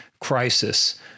crisis